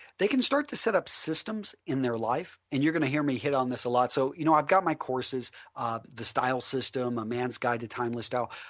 they can start to set up systems in their life and you are going to hear me hit on this a lot. so you know i have got my courses the style system, a man's guide to timeless style.